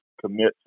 commit